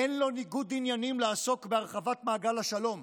אין לו ניגוד עניינים לעסוק בהרחבת מעגל השלום,